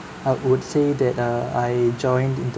I would say that uh I joined into